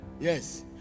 Yes